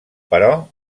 però